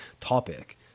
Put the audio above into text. topic